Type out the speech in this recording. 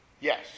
yes